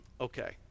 okay